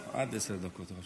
עד עשר דקות.